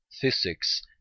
Physics